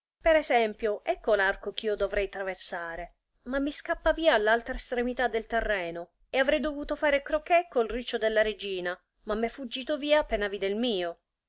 per esempio ecco l'arco ch'io dovrei traversare ma mi scappa via all'altra estremità del terreno e avrei dovuto fare croquet col riccio della regina ma m'è fuggito via appena vide il mio